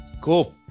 Cool